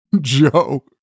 Joe